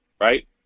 right